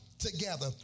Together